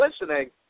listening